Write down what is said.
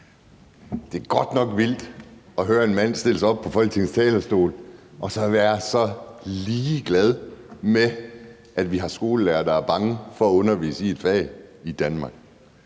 Det er godt nok vildt at høre en mand, der stiller sig op på Folketingets talerstol og er så ligeglad med, at vi har skolelærere i Danmark, der er bange for at undervise i et fag. Men